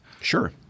Sure